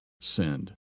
send